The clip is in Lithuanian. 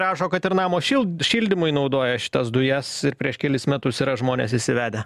rašo kad ir namo šild šildymui naudoja šitas dujas prieš kelis metus yra žmonės išsivedę